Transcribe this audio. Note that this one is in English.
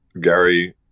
Gary